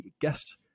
guest